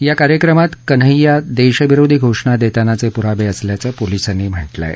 या कार्यक्रमात कन्हैया देशविरोधी घोषणा देतानाचे पुरावे असल्याचं पोलिसांनी म्हटलं आहे